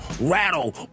rattle